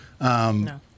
No